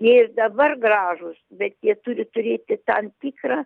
jie ir dabar gražūs bet jie turi turėti tam tikrą